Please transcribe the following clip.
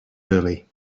early